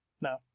No